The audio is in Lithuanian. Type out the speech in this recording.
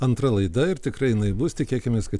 antra laida ir tikrai jinai bus tikėkimės kad